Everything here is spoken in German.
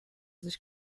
sich